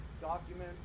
documents